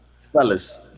fellas